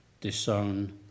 disown